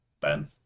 Ben